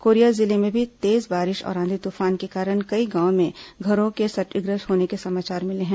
Korea जिले में भी तेज बारिश और आंधी तूफान के कारण कई गांवों में घरों के क्षतिग्रस्त होने का समाचार मिला है